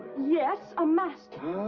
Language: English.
yes, a master.